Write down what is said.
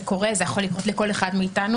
זה קורה, זה יכול לקרות לכל אחד מאתנו.